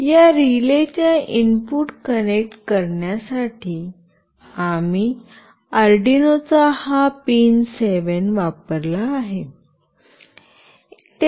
या रिलेच्या input connect करण्यासाठी आम्ही अर्डिनो चा हा पिन 7 वापरला आहे